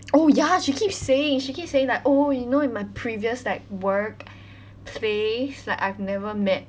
oh ya she keep saying she keep saying like oh you know in my previous workplace like I've never met